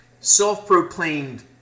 self-proclaimed